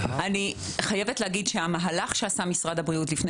אני חייבת להגיד שהמהלך שעשה משרד הבריאות לפני